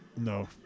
No